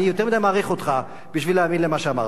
אני יותר מדי מעריך אותך בשביל להאמין למה שאמרת.